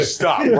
stop